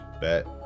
Bet